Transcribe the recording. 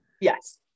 Yes